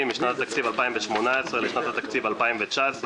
משנת התקציב 2018 לשנת התקציב 2019,